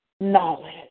knowledge